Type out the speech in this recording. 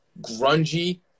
grungy